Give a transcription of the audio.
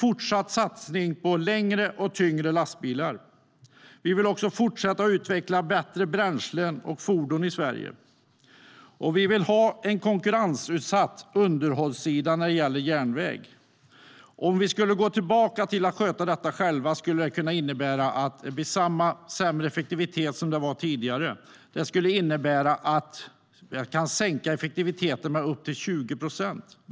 Det skulle kunna sänka effektiviteten med upp till 20 procent.